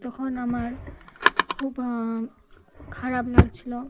তখন আমার খুব খারাপ লাগছিলো